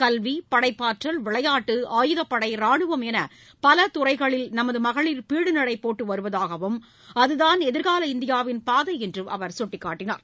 கல்வி படைப்பாற்றல் விளையாட்டு ஆயுதப்படை ராணுவம் என பல துறைகளில் நமது மகளிர் பீடுநடை போட்டு வருவதாகவும் அதுதான் எதிர்கால இந்தியாவின் பாதை என்றும் அவர் சுட்டிக்காட்டினார்